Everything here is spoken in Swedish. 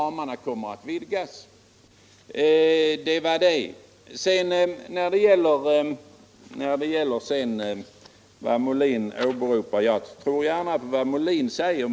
Man kommer alt ta hänsyn till detta och vidga ramarna. Jag tror gärna på vad herr Molin säger.